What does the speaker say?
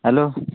hello